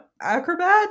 acrobat